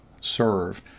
serve